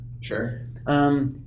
Sure